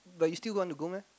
but you still want to go meh